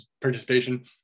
participation